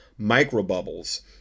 microbubbles